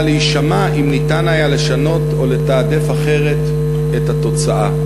להישמע אם ניתן היה לשנות או לתעדף אחרת את התוצאה.